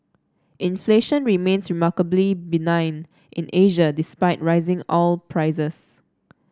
inflation remains remarkably benign in Asia despite rising oil prices